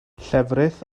llefrith